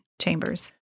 chambers